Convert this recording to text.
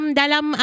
dalam